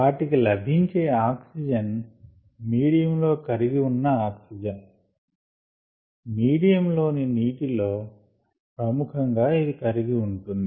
వాటికి లభించే oxygen medium లో కరిగి ఉన్న ఆక్సిజన్ మీడియం లోని నీటిలో ప్రముఖంగా ఇది కరిగి ఉంటుంది